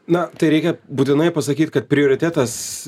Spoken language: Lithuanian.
na tai reikia būtinai pasakyt kad prioritetas